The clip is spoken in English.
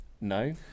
No